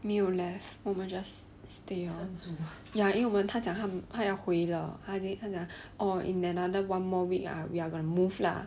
没有 left 我们 just stay on 因为他讲他要回了 then 他讲 orh in another one more week ah we're gonna move lah